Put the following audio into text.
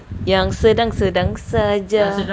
yang sedang-sedang sahaja